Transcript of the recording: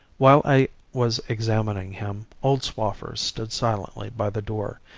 while i was examining him, old swaffer stood silently by the door,